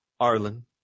Arlen